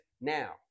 now